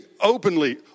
openly